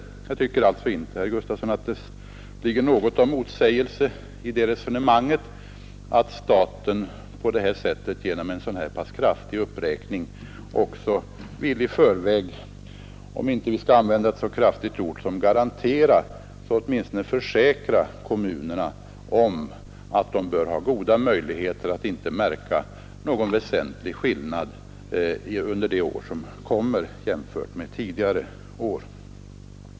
Jag tycker alltså inte, herr Gustafson, att det ligger något av motsägelse i resonemanget att staten genom en så pass kraftig uppräkning som det gäller bl.a. i förväg vill — om vi nu inte skall använda ett så kraftigt ord som ”garantera” — åtminstone försäkra kommunerna om att de bör ha goda möjligheter att inte märka någon väsentlig skillnad under de år som kommer jämfört med tidigare år.